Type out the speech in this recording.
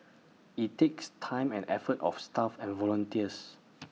IT takes time and effort of staff and volunteers